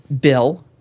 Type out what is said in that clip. Bill